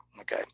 okay